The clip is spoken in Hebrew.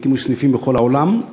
והוקמו סניפים בכל העולם,